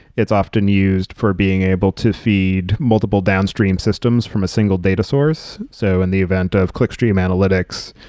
it's often used for being able to feed multiple downstream systems from a single data source. so, in the event of clickstream analytics,